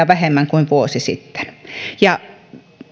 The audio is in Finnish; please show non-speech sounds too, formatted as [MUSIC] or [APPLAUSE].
[UNINTELLIGIBLE] vähemmän kuin vuosi sitten ja